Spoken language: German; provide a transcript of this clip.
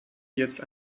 jetzt